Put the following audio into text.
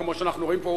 כמו שאנחנו רואים כאן,